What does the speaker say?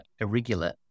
irregular